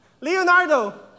Leonardo